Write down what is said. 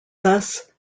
thus